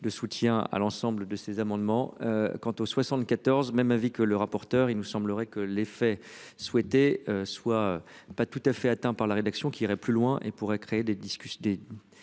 de soutien à l'ensemble de ces amendements. Quant aux 74 même avis que le rapporteur, il nous semblerait que l'effet souhaité soit pas tout à fait atteint par la rédaction qui irait plus loin et pourrait créer des discussions